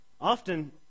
often